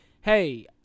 Hey